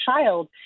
child